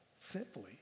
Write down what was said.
simply